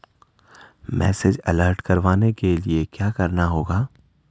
Message alert करवाने के लिए क्या करना होगा?